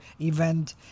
event